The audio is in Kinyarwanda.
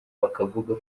bakavuga